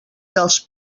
dels